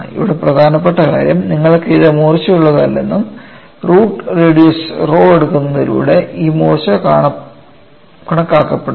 ഇവിടെ പ്രധാനപ്പെട്ട കാര്യം നിങ്ങൾക്ക് ഇത് മൂർച്ചയുള്ളത് അല്ലെന്നും റൂട്ട് റേഡിയസ് rho എടുക്കുന്നതിലൂടെ ഈ മൂർച്ച കണക്കാക്കപ്പെടുന്നു